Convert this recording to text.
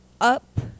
up